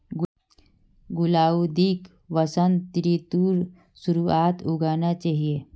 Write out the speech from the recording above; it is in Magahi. गुलाउदीक वसंत ऋतुर शुरुआत्त उगाना चाहिऐ